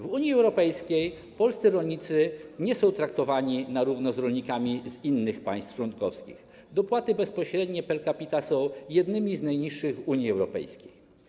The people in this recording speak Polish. W Unii Europejskiej polscy rolnicy nie są traktowani na równi z rolnikami z państw członkowskich: dopłaty bezpośrednie per capita są jednymi z najniższych w Unii Europejskiej.